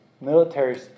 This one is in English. military